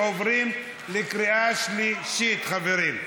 עוברים לקריאה שלישית, חברים.